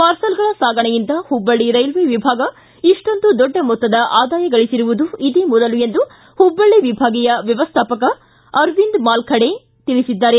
ಪಾರ್ಸಲ್ಗಳ ಸಾಗಣೆಯಿಂದ ಹುಬ್ಬಳ್ಳಿ ರೈಲ್ವೆ ವಿಭಾಗ ಇಷ್ಟೊಂದು ದೊಡ್ಡ ಮೊತ್ತದ ಆದಾಯ ಗಳಿಸಿರುವುದು ಇದೇ ಮೊದಲು ಎಂದು ಹುಭ್ಗಳ್ಳಿ ವಿಭಾಗೀಯ ವ್ಯವಸ್ಥಾಪಕ ಅರವಿಂದ ಮಾಲಬೇಡ ತಿಳಿಸಿದ್ದಾರೆ